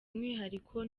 umwihariko